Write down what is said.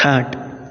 खाट